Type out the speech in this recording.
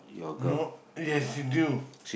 no yes you do